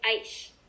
ice